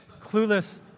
clueless